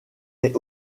est